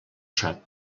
sap